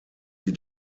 sie